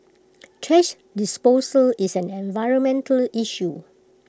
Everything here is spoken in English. trash disposal is an environmental issue